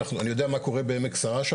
אני יודע מה קורה בעמק שרה,